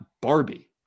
Barbie